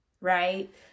Right